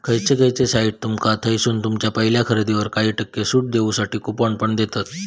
खयचे खयचे साइट्स तुमका थयसून तुमच्या पहिल्या खरेदीवर काही टक्के सूट देऊसाठी कूपन पण देतत